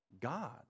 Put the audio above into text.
God